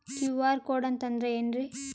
QR code ಅಂತಂದ್ರ ಏನ್ರೀ?